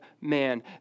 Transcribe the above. man